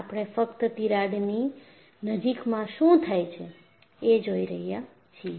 આપણે ફક્ત તિરાડની નજીકમાં શું થાય છે એ જોઈ રહ્યા છીએ